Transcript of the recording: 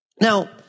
Now